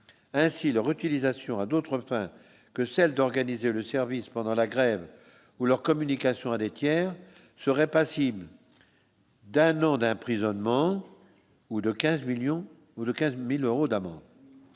ainsi leur utilisation à d'autres fins que celles d'organiser le service pendant la grève ou leurs communications à des tiers serait passible d'un an d'un prisonnier mort ou de 15 millions de